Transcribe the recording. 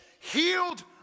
healed